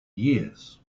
years